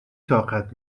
طاقت